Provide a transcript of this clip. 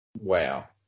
wow